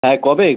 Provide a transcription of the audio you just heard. হ্যাঁ কবে